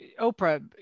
oprah